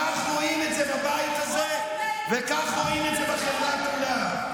כך רואים את זה בבית הזה וכך רואים את זה בחברה כולה.